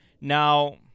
now